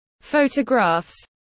photographs